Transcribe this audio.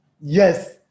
Yes